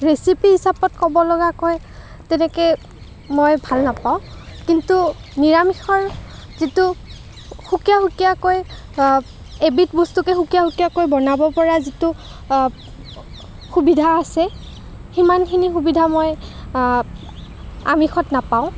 recipe হিচাপত ক'ব লগা কৈ তেনেকৈ মই ভাল নাপাওঁ কিন্তু নিৰামিষৰ যিটো সুকীয়া সুকীয়াকৈ এবিধ বস্তুকে সুকীয়া সুকীয়াকৈ বনাবপৰা যিটো সুবিধা আছে সিমানখিনি সুবিধা মই আমিষত নাপাওঁ